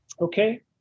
Okay